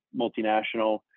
multinational